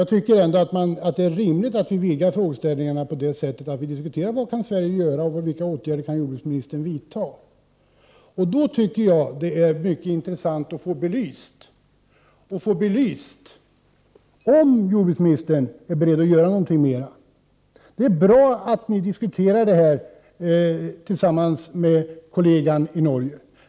Jag tycker att det är rimligt att vi vidgar frågeställningen och diskuterar vad Sverige kan göra och vilka åtgärder jordbruksministern kan vidta. Det är då mycket intressant att få belyst om jordbruksministern är beredd att göra något mer. Det är bra att han diskuterar det här tillsammans med sin norska kollega.